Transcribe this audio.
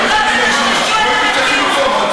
אתם לא תטשטשו את המציאות,